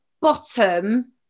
bottom